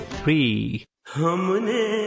three